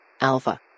Alpha